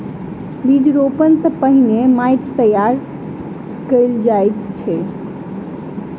बीज रोपण सॅ पहिने माइट के तैयार कयल जाइत अछि